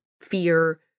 fear